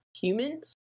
humans